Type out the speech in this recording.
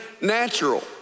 natural